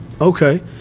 Okay